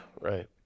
Right